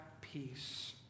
peace